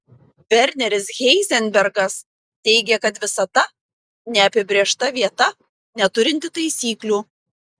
verneris heizenbergas teigė kad visata neapibrėžta vieta neturinti taisyklių